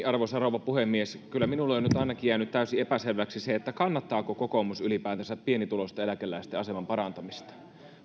arvoisa rouva puhemies kyllä minulle on nyt ainakin jäänyt täysin epäselväksi se kannattaako kokoomus ylipäätänsä pienituloisten eläkeläisten aseman parantamista